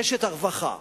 רשת הרווחה,